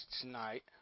tonight